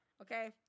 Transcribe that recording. okay